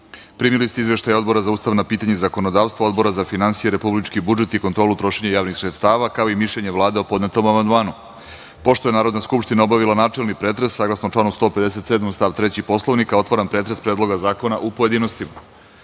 ste izveštaje Odbora za ustavna pitanja i zakonodavstvo i Odbora za finansije, republički budžet i kontrolu trošenja javnih sredstava, kao i mišljenje Vlade o podnetom amandmanu. Pošto je Narodna skupština obavila načelni pretres, saglasno članu 157. stav 3. Poslovnika Narodne skupštine, otvaram pretres Predloga zakona u pojedinostima. Na